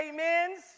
amens